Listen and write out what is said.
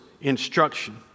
instruction